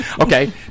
Okay